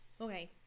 okay